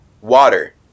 water